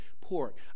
pork